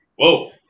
Whoa